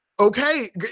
Okay